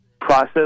process